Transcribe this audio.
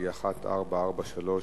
שהיא 1443,